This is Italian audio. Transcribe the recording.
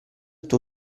tuo